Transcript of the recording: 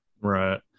Right